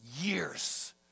years